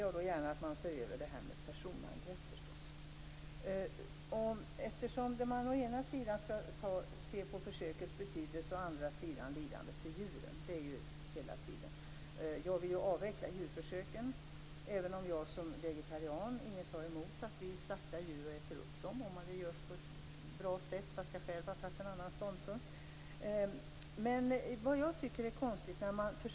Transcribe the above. Jag tror att det skapar tydlighet att göra den markeringen, eftersom det här någonstans i botten finns en grundfråga, nämligen om man över huvud taget är beredd att acceptera detta eller inte. Jag delar naturligtvis drömmen om att vi en gång över huvud taget inte skall behöva djurförsök, men jag kan inte se att det finns någon möjlighet för oss i vårt samhälle nu att ha en sådan definitiv avvecklingsplan.